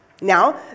Now